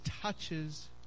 touches